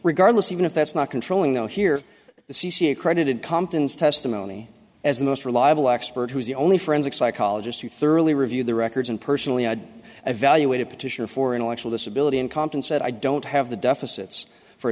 regardless even if that's not controlling i hear the c c accredited compton's testimony as the most reliable expert who is the only forensic psychologist who thoroughly reviewed the records and personally i'd evaluate a petition for intellectual disability in compton said i don't have the deficit's for